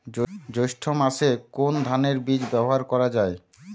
জৈষ্ঠ্য মাসে কোন ধানের বীজ ব্যবহার করা যায়?